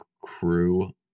crew